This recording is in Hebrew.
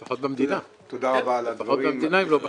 לפחות במדינה, אם לא בחברות.